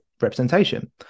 representation